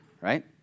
right